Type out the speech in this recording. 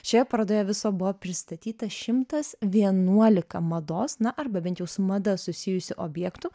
šioje parodoje viso buvo pristatyta šimtas vienuolika mados na arba bent jau su mada susijusių objektų